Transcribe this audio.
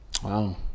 Wow